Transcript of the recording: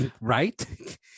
Right